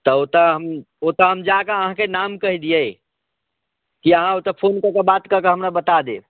तऽ ओतऽ हम ओतऽ हम जा कऽ अहाँकेँ नाम कहि दियै कि अहाँ ओतऽ फोन कऽ कऽ बात कऽ कऽ हमरा बता देब